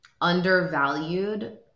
undervalued